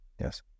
Yes